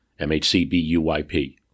mhcbuyp